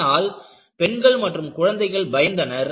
இதனால் பெண்கள் மற்றும் குழந்தைகள் பயந்தனர்